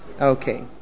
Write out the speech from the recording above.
Okay